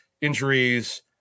injuries